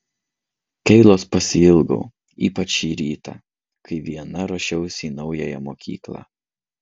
keilos pasiilgau ypač šį rytą kai viena ruošiausi į naująją mokyklą